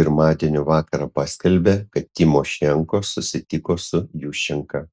pirmadienio vakarą paskelbė kad tymošenko susitiko su juščenka